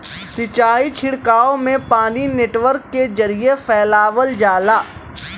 सिंचाई छिड़काव में पानी नेटवर्क के जरिये फैलावल जाला